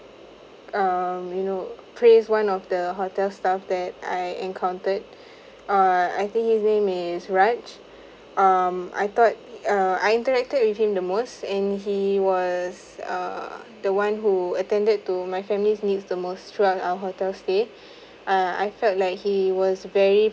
um you know praise one of the hotel staff that I encountered uh I think his name is raj um I thought uh I interacted with him the most and he was err the [one] who attended to my family's need the most throughout our hotel stay uh I felt like he was very